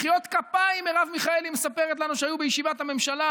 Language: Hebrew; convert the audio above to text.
מרב מיכאלי מספרת לנו שהיו בישיבת הממשלה